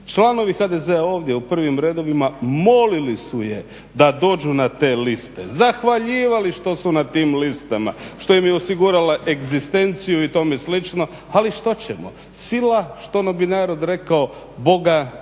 Članovi HDZ-a ovdje u prvim redovima molili su je da dođu na te liste, zahvaljivali što su na tim listama, što im je osigurala egzistenciju i tome slično. Ali što ćemo. Sila što ono bi narod rekao boga naprosto